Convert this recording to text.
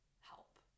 help